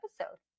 episode